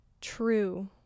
true